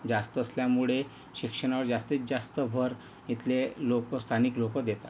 जास्त असल्यामुळे शिक्षणावर जास्तीत जास्त भर इथले लोकं स्थानिक लोक देतात